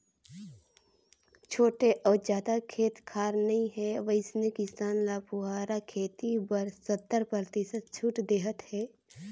छोटे अउ जादा खेत खार नइ हे वइसने किसान ल फुहारा खेती बर सत्तर परतिसत छूट देहत हे